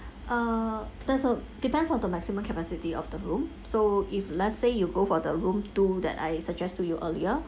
err that's err depends on the maximum capacity of the room so if let's say you go for the room two that I suggest to you earlier